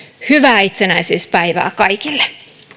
hyvää itsenäisyyspäivää kaikille